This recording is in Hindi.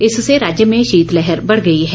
इससे राज्य में शीतलहर बढ़ गई है